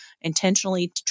intentionally